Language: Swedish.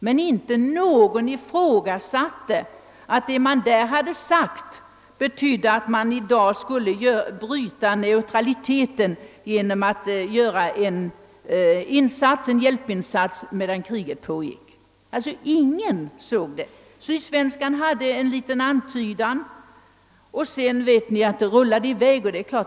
Men ingen ifrågasatte att vad som sagts på kongressen betydde att neutraliteten skulle brytas genom en hjälpinsats medan kriget pågick. Ingen såg det. Sydsvenska Dagbladet gjorde emellertid en antydan, och sedan rullade det vidare.